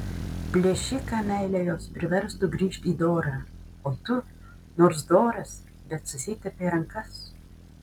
plėšiką meilė jos priverstų grįžt į dorą o tu nors doras bet susitepei rankas